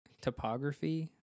topography